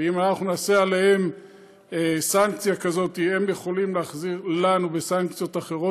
ואם אנחנו נעשה עליהם סנקציה כזאת הם יכולים להחזיר לנו סנקציות אחרות,